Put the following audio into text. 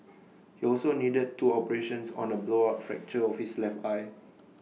he also needed two operations on A blowout fracture of his left eye